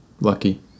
Lucky